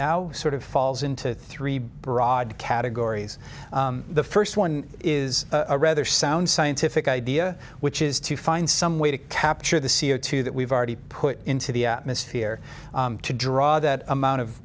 now sort of falls into three broad categories the first one is a rather sound scientific idea which is to find some way to capture the c o two that we've already put into the atmosphere to draw that amount of